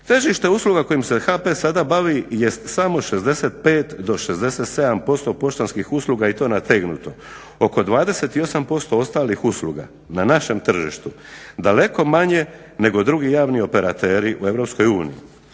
Tržište usluga kojim se HP sada bavi jest samo 65 do 67% poštanskih usluga i to nategnuto, oko 28% ostalih usluga na našem tržištu, daleko manje nego drugi javni operateri u